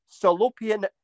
Salopian